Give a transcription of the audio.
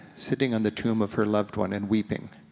sitting on the tomb of her loved one and weeping